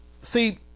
See